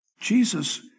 Jesus